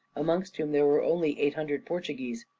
amongst whom there were only eight hundred portuguese.